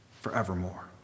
forevermore